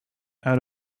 out